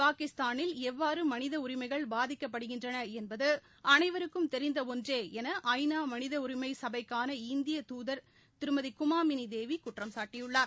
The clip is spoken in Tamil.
பாகிஸ்தானில் எவ்வாறு மனித உரிமைகள் பாதிக்கப்படுகின்றன என்பது அனைவருக்கும் தெிந்த ஒன்றே என ஐ நா மனித உரிமை சபைக்காள இந்திய தூதர் திருமதி குமாம் மினிதேவி குற்றம்சாட்டியுள்ளார்